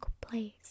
place